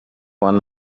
one